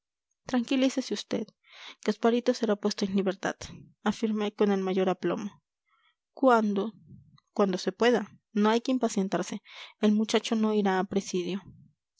una imagen tranquilícese vd gasparito será puesto en libertad afirmé con el mayor aplomo cuándo cuando se pueda no hay que impacientarse el muchacho no irá a presidio